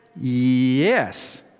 Yes